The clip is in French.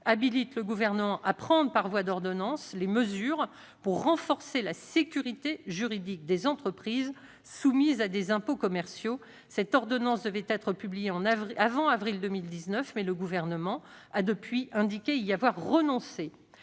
habilite le Gouvernement à prendre par voie d'ordonnance les mesures pour renforcer la sécurité juridique des entreprises soumises à des impôts commerciaux. Cette ordonnance devait être publiée avant avril 2019, mais le Gouvernement a depuis indiqué y avoir renoncé.